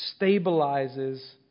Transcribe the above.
stabilizes